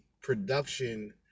production